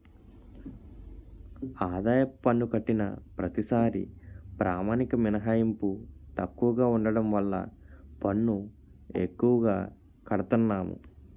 ఆదాయపు పన్ను కట్టిన ప్రతిసారీ ప్రామాణిక మినహాయింపు తక్కువగా ఉండడం వల్ల పన్ను ఎక్కువగా కడతన్నాము